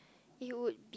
it would be